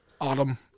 Autumn